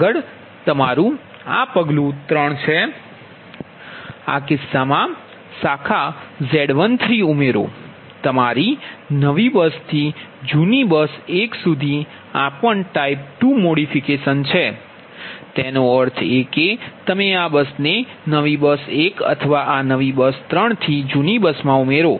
આગળ તમારું આ પગલું 3 છે આ કિસ્સામાં શાખા Z13 ઉમેરો તમારી નવી બસ 3 થી જૂની બસ 1 સુધી આ પણ ટાઇપ 2 મોડિફિકેશન છે તેનો અર્થ એ કે તમે આ બસને નવી બસ 1 અથવા આ નવી બસ 3 થી જૂની બસમાં ઉમેરો